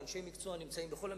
ואנשי המקצוע שנמצאים בכל המשרדים,